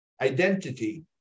identity